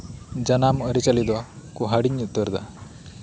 ᱡᱟᱱᱟᱢ ᱟᱹᱨᱤᱪᱟᱹᱞᱤ ᱫᱚᱠᱚ ᱦᱤᱲᱤᱧ ᱩᱛᱟᱹᱨᱮᱫᱟ